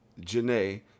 Janae